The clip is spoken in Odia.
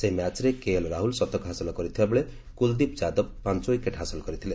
ସେହି ମ୍ୟାଚ୍ରେ କେ ଏଲ୍ ରାହୁଲ ଶତକ ହାସଲ କରିଥିବାବେଳେ କୁଲଦୀପ ଯାଦବ ପାଞ୍ଚ ୱିକେଟ୍ ହାସଲ କରିଥିଲେ